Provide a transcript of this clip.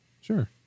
sure